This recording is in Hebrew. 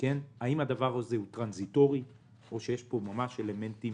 האם הדבר הזה הוא טרנזיטורי או יש פה ממש אלמנטים